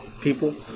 people